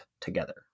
together